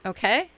Okay